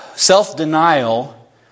Self-denial